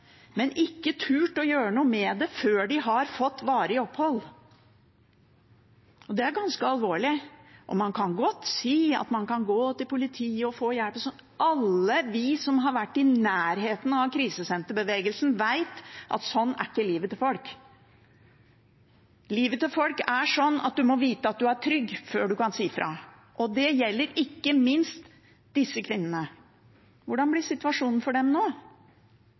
men ikke turt å gjøre noe med det før de har fått varig opphold. Det er ganske alvorlig, og man kan godt si at man kan gå til politiet og få hjelp. Alle vi som har vært i nærheten av krisesenterbevegelsen, vet at sånn er ikke livet til folk. Livet til folk er sånn at en må vite at en er trygg før en kan si fra, og det gjelder ikke minst disse kvinnene. Hvordan blir situasjonen for dem nå?